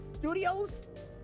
Studios